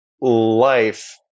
life